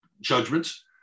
judgments